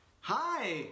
Hi